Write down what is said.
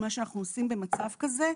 מה שאנחנו עושים במצב כזה,